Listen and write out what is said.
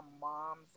mom's